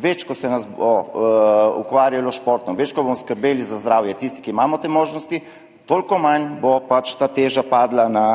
Več ko se nas bo ukvarjalo s športom, bolj ko bomo skrbeli za zdravje, tisti, ki imamo te možnosti, toliko manj bo ta teža padla na